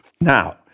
Now